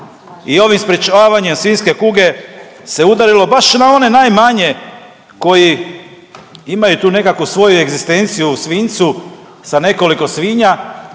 i ovim sprječavanjem svinjske kuge se udarilo baš na one najmanje koji imaju tu nekakvu svoju egzistenciju u svinjcu sa nekoliko svinja